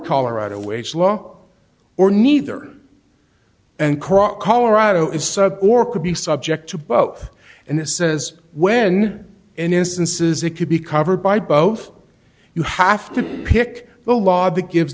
colorado wage law or neither and corrupt colorado is or could be subject to both and it says when instances it could be covered by both you have to pick the law that gives